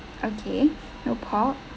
okay no pork